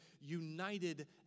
united